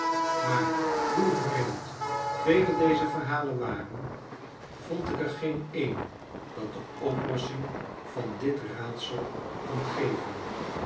maar hoe vreemd vele dezer verhalen waren vond ik er geen een dat de oplossing van dit raadsel kon geven